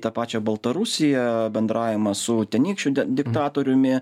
tą pačią baltarusiją bendravimą su tenykščiu diktatoriumi